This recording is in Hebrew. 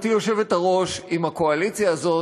גברתי היושבת-ראש: עם הקואליציה הזאת